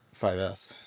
5S